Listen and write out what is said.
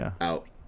out